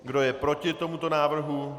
Kdo je proti tomuto návrhu?